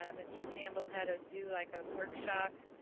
um mr. mccampbell had us do like a workshop.